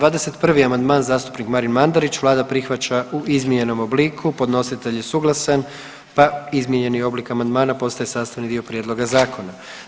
21. amandman zastupnik Marin Mandarić Vlada prihvaća u izmijenjenom obliku, podnositelj je suglasan pa izmijenjeni oblik amandmana postaje sastavni dio prijedloga Zakona.